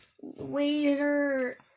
waiter